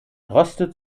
droste